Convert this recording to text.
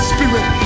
Spirit